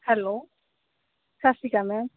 hello ਸਤਿ ਸ਼੍ਰੀ ਅਕਾਲ ਮੈਮ